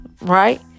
right